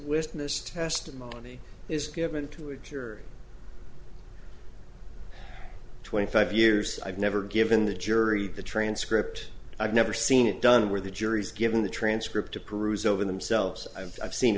witness testimony is given to a cure twenty five years i've never given the jury the transcript i've never seen it done where the jury's given the transcript to peruse over themselves i've seen a